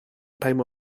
time